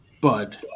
Bud